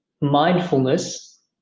mindfulness